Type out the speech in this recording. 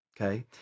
okay